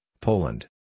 Poland